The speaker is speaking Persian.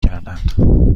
کردند